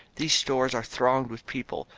these stores are thronged with people,